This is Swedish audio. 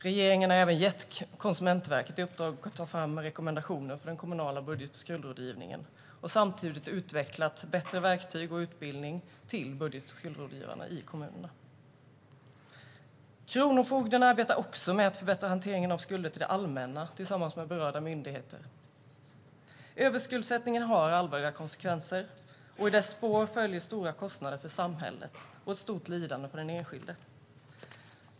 Regeringen har gett Konsumentverket i uppdrag att ta fram rekommendationer för den kommunala budget och skuldrådgivningen. Samtidigt har man utvecklat bättre verktyg och utbildning till budget och skuldrådgivarna i kommunerna. Kronofogden arbetar också med att förbättra hanteringen av skulder till det allmänna tillsammans med berörda myndigheter. Överskuldsättningen har allvarliga konsekvenser, och i dess spår följer stora kostnader för samhället och ett stort lidande för den enskilde.